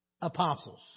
apostles